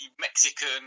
mexican